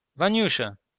vanyusha!